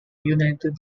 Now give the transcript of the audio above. united